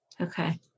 Okay